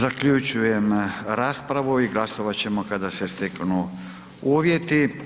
Zaključujem raspravu i glasovat ćemo kada se steknu uvjeti.